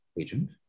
agent